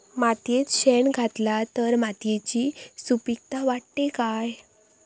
मातयेत शेण घातला तर मातयेची सुपीकता वाढते काय?